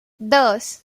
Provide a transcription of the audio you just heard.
dos